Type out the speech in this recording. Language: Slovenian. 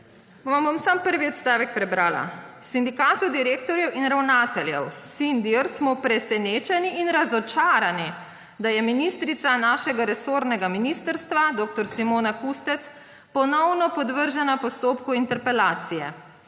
Vam bom samo prvi odstavek prebrala: »V Sindikatu direktorjev in ravnateljev, Sindir, smo presenečeni in razočarani, da je ministrica našega resornega ministrstva dr. Simona Kustec ponovno podvržena postopku interpelacije.